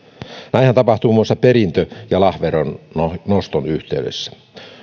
näinhän tapahtuu muun muassa perintö ja lahjaveron noston yhteydessä